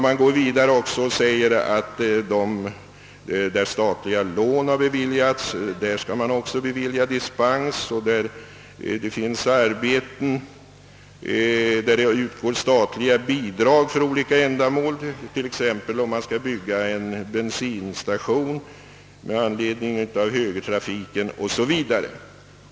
Man går vidare och säger, att där statliga lån har beviljats, skall också dispens beviljas, liksom för byggnadsarbeten där statliga bidrag ges för olika ändamål, t.ex. då det gäller att bygga en bensinstation med anledning av högertrafiken o. s. v.